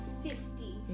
safety